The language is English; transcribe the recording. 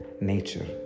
nature